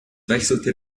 wechselte